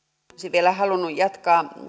vielä halunnut jatkaa